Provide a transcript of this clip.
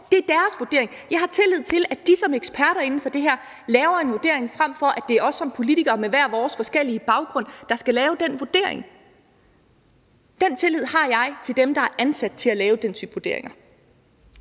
Det er deres vurdering. Jeg har tillid til, at de som eksperter inden for det her laver en vurdering, frem for at det er os som politikere med hver vores forskellige baggrund, der skal lave den vurdering. Den tillid har jeg til dem, der er ansat til at lave den type vurderinger.